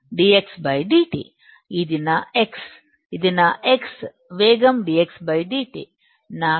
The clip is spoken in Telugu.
dxdt ఇది నా x నా x వేగం dx dt